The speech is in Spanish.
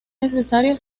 necesario